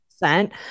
percent